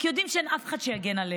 כי יודעים שאין אף אחד שיגן עליהם,